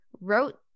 wrote